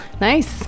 Nice